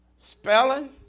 Spelling